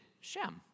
Shem